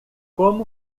como